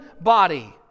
body